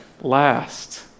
last